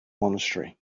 monastery